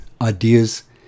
Ideas